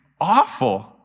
awful